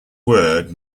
word